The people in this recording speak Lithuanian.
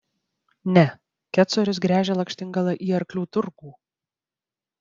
ne kecorius gręžia lakštingalą į arklių turgų